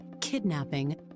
kidnapping